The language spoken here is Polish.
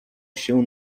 się